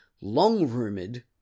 long-rumored